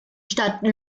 stadt